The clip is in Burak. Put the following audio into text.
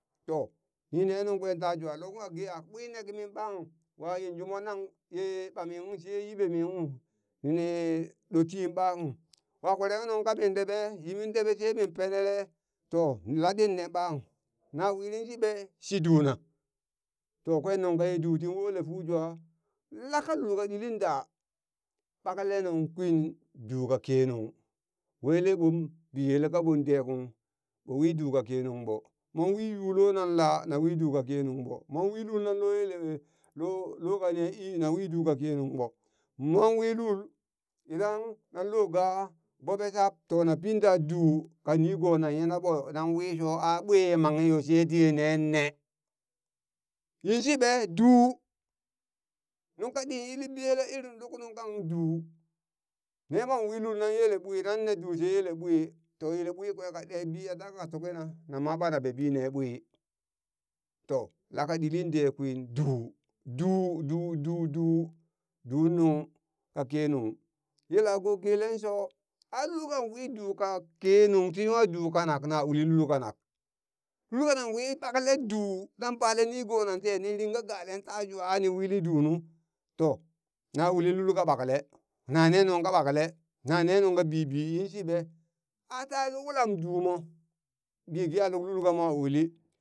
To nine nungkwe ta jwa lukung ka ge a ɓwi ne kimi ɓan wa yanju mon nang ye ɓami sheye yiɓemihung ni ne ɗoti ɓanghu wa kwere kung nungka min ɗeɓe yimin ɗeɓe she min penele to latɗi ne ɓang na wili shiɓe? shi duna, to kwen nungka ye du tin wole fu jwa laka lulka ɗilin da ɓakle nuŋ kwin duu ka kenung wele ɓon biyele kaɓon dehung ɓo wi du ka kenungɓo mon wi yu lonan la, nawi duu kakenungɓo mon wi lul nan loyelehe lo lo ka ne ii nawi duu ka kenungɓo mon wi lul idan nan lo gaa gboɓe shab to na pinta duu ka nigona yinaɓo nan wi sho a ɓwi ye mang yo sai tiye neenne yinshiɓe duu, nung katin yili biyele irin nungkang du ne mon wi lul nan yele ɓwi nan ne du she yele ɓwi to yele ɓwikwe ka ɗebi yadda kana tukina nama ɓana bebi ne ɓwi to laka ɗili den kwin du du du du du duun nuŋ ka kenung yelako gelen sho a lulkan wi duka kenung tiwa du kanak na wi lul kanak, lo kana wii ɓakle du nan bale nigonan tee ni ringa gale ta jwa ani wili duu nu to na uli lulka ɓakle, nane nungka ɓakle nane nungka bibi yinshi ɓe ata wulam duumo mi geha luk lul kamo uli